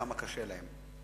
כמה קשה להם.